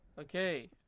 Okay